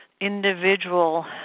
individual